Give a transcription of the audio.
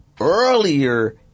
earlier